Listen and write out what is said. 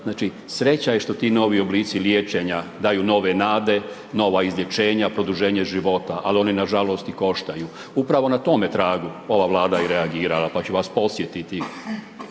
Znači sreća je što ti novi oblici liječenja daju nove nade, nova izlječenja, produženje života, ali oni nažalost i koštaju. Upravo na tome tragu, ova Vlada je reagirala. Pa ću vas podsjetiti,